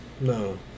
no